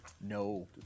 No